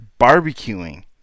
barbecuing